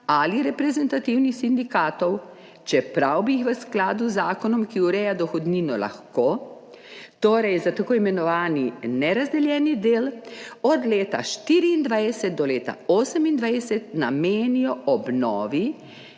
ali reprezentativnih sindikatov, čeprav bi jih v skladu z zakonom, ki ureja dohodnino lahko, torej za tako imenovani nerazdeljeni del od leta 2024 do leta 2028 namenijo obnovi,